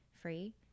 free